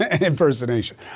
impersonation